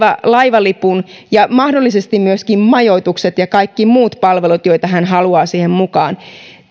laivalipun ja mahdollisesti myöskin majoitukset ja kaikki muut palvelut joita hän haluaa siihen mukaan